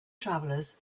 travelers